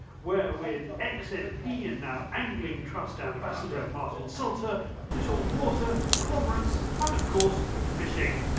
we're with ex mp and now angling trust ambassador martin salter to talk water, cormorants and of course, fishing.